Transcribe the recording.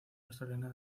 australiana